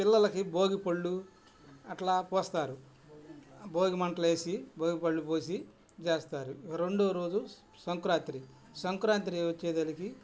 పిల్లలకి భోగిపళ్ళు అట్లా పోస్తారు భోగి మంటలేసి భోగిపళ్ళు పోసి చేస్తారు ఇక రెండో రోజు సంక్రాంతి సంక్రాంతి వచ్చేసరికి